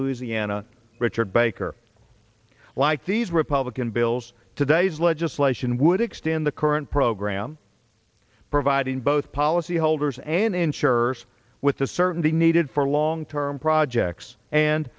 louisiana richard baker like these republican bills today's legislation would extend the current program providing both policyholders and insurers with the certainty needed for long term projects and